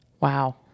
Wow